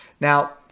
Now